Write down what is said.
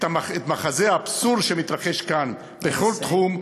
את מחזה האבסורד שמתרחש כאן בכל תחום,